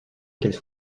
qu’elle